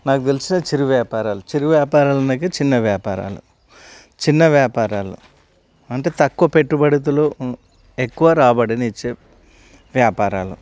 నాకు తెలిసిన చిరు వ్యాపారాలు చిరు వ్యాపారాలు అనగా చిన్న వ్యాపారాలు చిన్న వ్యాపారాలు అంటే తక్కువ పెట్టుబడులు ఎక్కువ రాబడిని ఇచ్చే వ్యాపారాలు